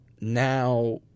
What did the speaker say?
now